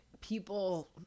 people